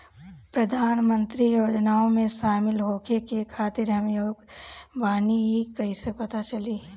प्रधान मंत्री योजनओं में शामिल होखे के खातिर हम योग्य बानी ई कईसे पता चली?